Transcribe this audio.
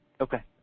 Okay